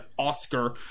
Oscar